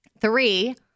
Three